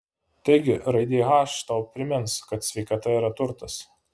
taigi raidė h tau primins kad sveikata yra turtas